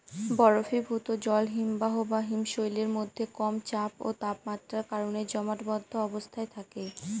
বরফীভূত জল হিমবাহ বা হিমশৈলের মধ্যে কম চাপ ও তাপমাত্রার কারণে জমাটবদ্ধ অবস্থায় থাকে